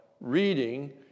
reading